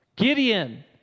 Gideon